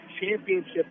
Championship